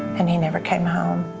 and he never came home.